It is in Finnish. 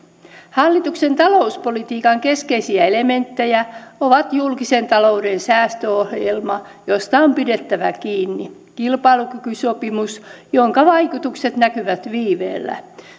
hallituksen talouspolitiikan keskeisiä elementtejä ovat julkisen talouden säästöohjelma josta on pidettävä kiinni kilpailukykysopimus jonka vaikutukset näkyvät viiveellä